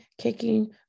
kicking